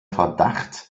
verdacht